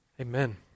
Amen